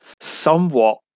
somewhat